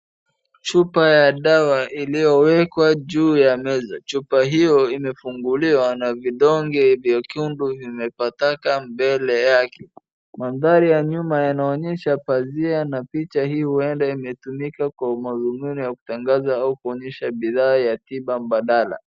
Chupa ya dawa iliyowekwa juu ya meza. Chupa hiyo imefunguliwa na vidonge vyekundu vimetapakaa mbele yake. Mandahri ya nyuma yanaonyesha pazia na picha hii huenda imetumika kwa madhumuni ya kutangaza au kuonyesha bidhaa ya tiba mbadala.